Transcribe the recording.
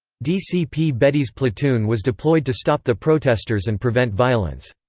dcp bedi's platoon was deployed to stop the protesters and prevent violence.